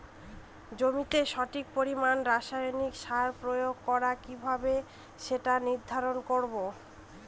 জমিতে সঠিক পরিমাণে রাসায়নিক সার প্রয়োগ করা কিভাবে সেটা নির্ধারণ করব?